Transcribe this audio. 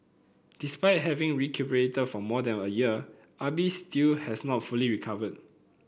despite having recuperated for more than a year Ah Bi still has not fully recovered